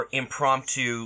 impromptu